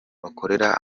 bakorera